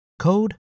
code